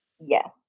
Yes